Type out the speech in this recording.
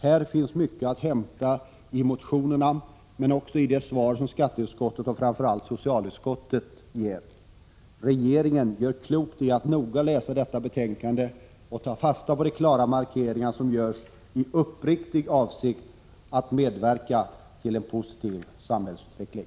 Här finns mycket att hämta i motionerna men också i svaren från skatteutskottet och framför allt socialutskottet. Regeringen gör klokt i att noga läsa detta betänkande och ta fasta på de klara markeringar som görs i uppriktig avsikt att medverka till en positiv samhällsutveckling.